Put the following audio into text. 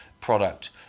product